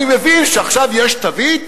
אני מבין שעכשיו יש תווית